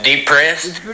Depressed